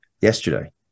yesterday